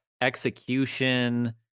execution